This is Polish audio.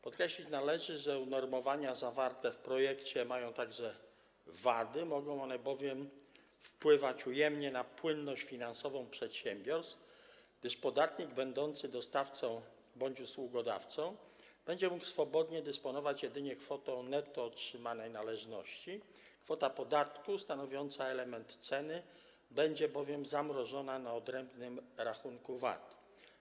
Podkreślić jednak należy, że unormowania zawarte w projekcie mają także wady, mogą one bowiem wpływać ujemnie na płynność finansową przedsiębiorstw, gdyż podatnik będący dostawcą bądź usługodawcą będzie mógł swobodnie dysponować jedynie kwotą netto otrzymanej należności, jako że kwota podatku stanowiąca element ceny będzie zamrożona na odrębnym rachunku VAT.